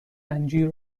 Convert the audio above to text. انجیر